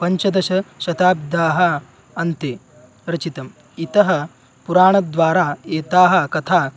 पञ्चदश शताब्द्याः अन्ते रचितम् इतः पुराणद्वारा एताः कथाः